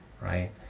right